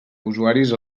usuaris